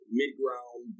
mid-ground